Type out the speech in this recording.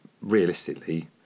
realistically